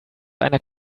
einer